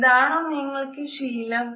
ഇതാണോ നിങ്ങൾക്ക് ശീലം